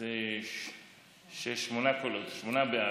אז זה שמונה בעד.